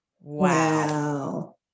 Wow